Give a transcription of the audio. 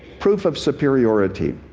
proof of superiority.